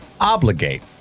obligate